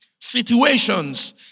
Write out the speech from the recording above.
situations